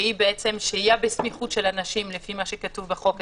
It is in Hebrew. שהייה בסמיכות של אנשים, לפי מה שכתוב בחוק.